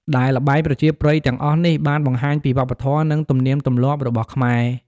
ដែលល្បែងប្រជាប្រិយទាំងអស់នេះបានបង្ហាញពីវប្បធម៌ និងទំនៀមទម្លាប់របស់ខ្មែរ។